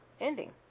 ending